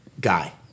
guy